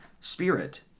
spirit